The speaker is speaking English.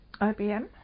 IBM